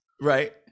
Right